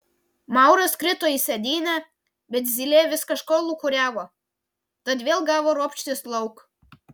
mauras krito į sėdynę bet zylė vis kažko lūkuriavo tad vėl gavo ropštis lauk